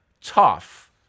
tough